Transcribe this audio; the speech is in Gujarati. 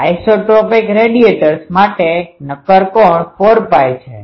આઇસોટ્રોપિક રેડિએટર્સ માટે નક્કર કોણ 4Π છે